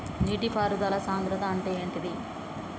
నీటి పారుదల సంద్రతా అంటే ఏంటిది?